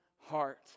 heart